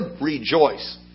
rejoice